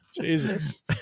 Jesus